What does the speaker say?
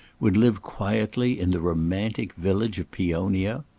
would live quietly in the romantic village of peonia?